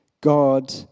God